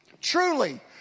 Truly